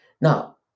Now